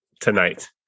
Tonight